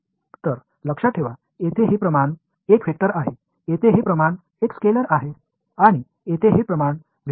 तर लक्षात ठेवा येथे हे प्रमाण एक वेक्टर आहे येथे हे प्रमाण एक स्केलेर आहे आणि येथे हे प्रमाण वेक्टर असेल